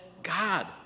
God